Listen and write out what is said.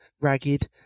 ragged